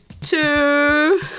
Two